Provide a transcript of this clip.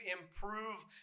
improve